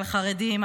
על חרדים,